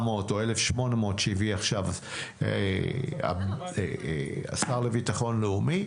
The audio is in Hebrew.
או 1,800 שהביא עכשיו השר לביטחון לאומי,